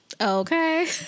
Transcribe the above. Okay